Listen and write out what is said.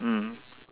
mm